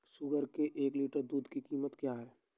सुअर के एक लीटर दूध की कीमत क्या है?